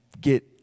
get